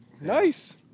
Nice